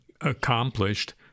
accomplished